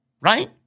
right